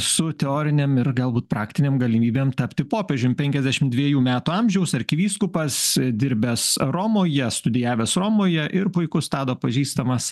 su teorinėm ir galbūt praktinėm galimybėm tapti popiežium penkiasdešim dviejų metų amžiaus arkivyskupas dirbęs romoje studijavęs romoje ir puikus tado pažįstamas